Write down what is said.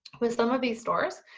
with some of these stores,